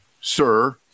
sir